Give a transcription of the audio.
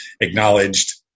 acknowledged